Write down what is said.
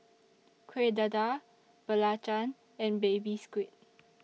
Kueh Dadar Belacan and Baby Squid